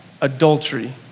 adultery